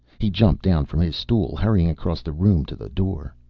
he jumped down from his stool, hurrying across the room to the door.